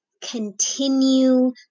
continue